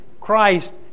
Christ